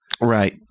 Right